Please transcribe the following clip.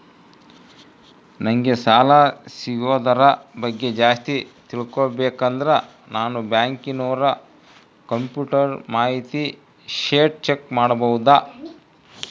ನಂಗೆ ಸಾಲ ಸಿಗೋದರ ಬಗ್ಗೆ ಜಾಸ್ತಿ ತಿಳಕೋಬೇಕಂದ್ರ ನಾನು ಬ್ಯಾಂಕಿನೋರ ಕಂಪ್ಯೂಟರ್ ಮಾಹಿತಿ ಶೇಟ್ ಚೆಕ್ ಮಾಡಬಹುದಾ?